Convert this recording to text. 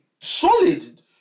solid